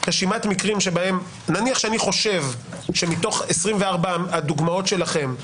רשימת מקרים שבהם נניח שאני חושב שמתוך 24 הדוגמאות שלכם,